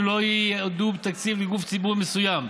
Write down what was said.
לא ייעדו תקציב לגוף ציבורי מסוים,